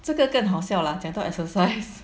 这个更好笑 lah 讲到 exercise